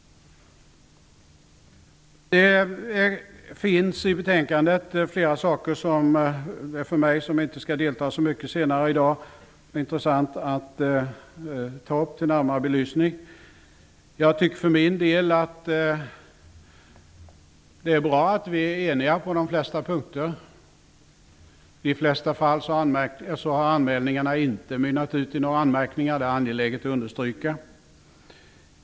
Det finns i betänkandet flera saker som för mig som inte skall delta så mycket mer i debatten i dag är intressant att ta upp till närmare belysning. Jag tycker för min del att det är bra att vi är eniga på de flesta punkter. I de flesta fall har anmälningarna inte mynnat ut i någon anmärkning, det är angeläget att understryka.